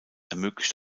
ermöglicht